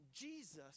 Jesus